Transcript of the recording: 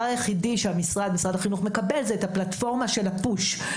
היחידי שמשרד החינוך מקבל זה את הפלטפורמה של הפוש,